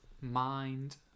mind